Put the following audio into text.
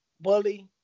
bully